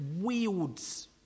wields